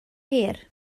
hir